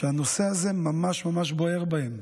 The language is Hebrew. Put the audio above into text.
שהנושא הזה ממש ממש בוער בהם.